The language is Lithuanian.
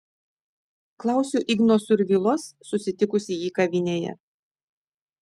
klausiu igno survilos susitikusi jį kavinėje